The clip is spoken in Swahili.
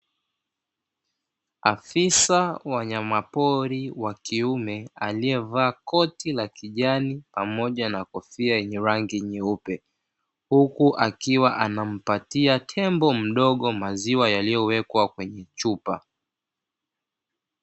Afisa wanyamapori wakiume aliyevaa koti la kijani pamoja na kofia yenye rangi nyeupe, huku akiwa anampatia tembo mdogo maziwa yaliyowekwa kwenye chupa.